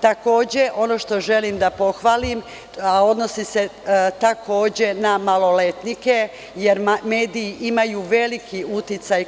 Takođe, ono što želim da pohvalim, a odnosi se takođe na maloletnike, jer mediji imaju veliki uticaj